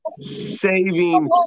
saving